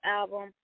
album